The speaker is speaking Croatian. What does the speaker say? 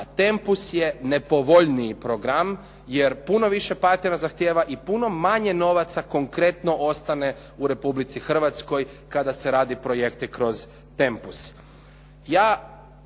Tempus je nepovoljniji program jer puno više partnera zahtjeva i puno manje novaca konkretno ostane u Republici Hrvatskoj kada se rade projekti kroz Tempus.